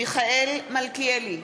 מיכאל מלכיאלי,